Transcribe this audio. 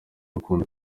rukundo